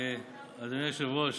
אדוני היושב-ראש,